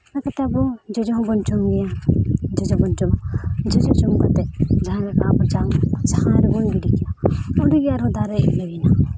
ᱤᱱᱟᱹ ᱠᱟᱛᱮᱫ ᱟᱵᱚ ᱡᱚᱡᱚ ᱦᱚᱸᱵᱚᱱ ᱡᱚᱢ ᱜᱮᱭᱟ ᱡᱚᱡᱚ ᱵᱚᱱ ᱡᱚᱢᱟ ᱡᱚᱡᱚ ᱡᱚᱢ ᱠᱟᱛᱮᱫ ᱡᱟᱦᱟᱸ ᱞᱮᱠᱟ ᱟᱵᱚ ᱡᱟᱝ ᱡᱟᱦᱟᱸ ᱨᱮᱜᱮ ᱵᱚᱱ ᱜᱤᱰᱤ ᱠᱮᱜᱼᱟ ᱚᱸᱰᱮ ᱜᱮ ᱟᱨᱦᱚᱸ ᱫᱟᱨᱮᱭᱮᱱ ᱜᱮ